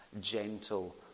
gentle